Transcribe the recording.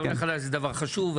עולה חדש זה דבר חשוב,